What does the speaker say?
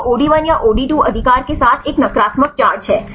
यह OD1 या OD2 अधिकार के साथ एक नकारात्मक चार्ज है